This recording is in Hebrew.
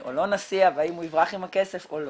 או לא נסיע ואם הוא יברח עם הכסף או לא.